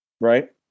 Right